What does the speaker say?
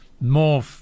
More